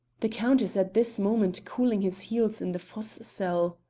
the count is at this moment cooling his heels in the fosse cell.